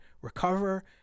recover